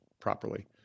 properly